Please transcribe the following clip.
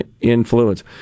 influence